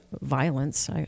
violence